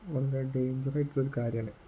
വളരെ ഡെയിഞ്ചറായിട്ടുള്ളൊരു കാര്യമാണ്